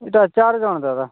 ଏଇଟା ଚାର୍ଜଣ ଦାଦା